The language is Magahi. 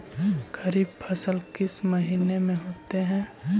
खरिफ फसल किस महीने में होते हैं?